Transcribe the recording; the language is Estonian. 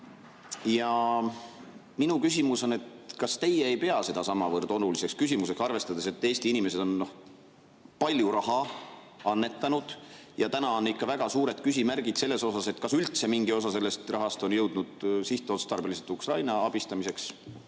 Minu küsimus on, et kas teie ei pea seda samavõrd oluliseks küsimuseks, arvestades, et Eesti inimesed on palju raha annetanud ja täna on ikka väga suur küsimärk selles osas, kas üldse mingi osa sellest rahast on jõudnud sihtotstarbeliselt Ukraina abistamiseks.